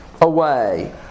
away